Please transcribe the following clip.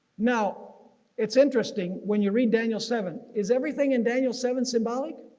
now it's interesting when you read daniel seven is everything in daniel seven symbolic?